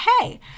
hey